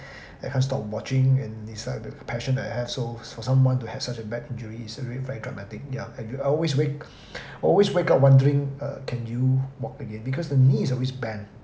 I can't stop watching and is like passion that I have so for someone to have such a bad injury is uh really very dramatic ya and you I always wake always wake up wondering err can you walk again because the knee is always bent